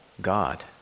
God